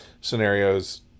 scenarios